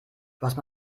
hast